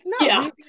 No